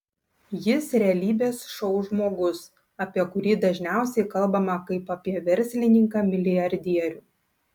jis realybės šou žmogus apie kurį dažniausiai kalbama kaip apie verslininką milijardierių